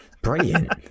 Brilliant